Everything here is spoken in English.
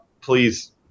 Please